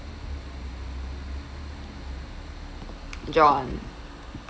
john